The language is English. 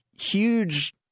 huge